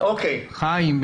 חיים,